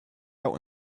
out